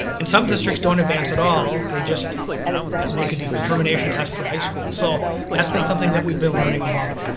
and some district don't advance at all, they just make a determination test for high school. so that's been something that we've been learning about.